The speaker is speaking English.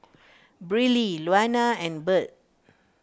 Briley Luana and Birt